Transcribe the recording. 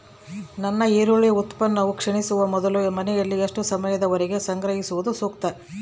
ನನ್ನ ಈರುಳ್ಳಿ ಉತ್ಪನ್ನವು ಕ್ಷೇಣಿಸುವ ಮೊದಲು ಮನೆಯಲ್ಲಿ ಎಷ್ಟು ಸಮಯದವರೆಗೆ ಸಂಗ್ರಹಿಸುವುದು ಸೂಕ್ತ?